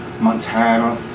Montana